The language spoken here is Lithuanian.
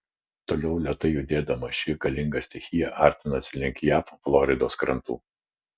toliau lėtai judėdama ši galinga stichija artinasi link jav floridos krantų